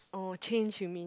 oh change you mean